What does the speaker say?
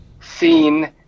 seen